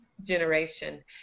generation